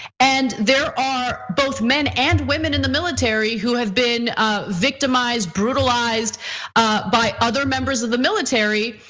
and there are both men and women in the military who have been victimized, brutalized by other members of the military.